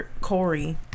Corey